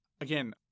Again